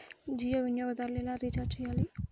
జియో వినియోగదారులు ఎలా రీఛార్జ్ చేయాలి?